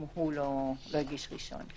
אם הוא לא מגיש ראשון.